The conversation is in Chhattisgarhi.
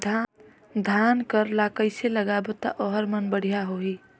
धान कर ला कइसे लगाबो ता ओहार मान बेडिया होही?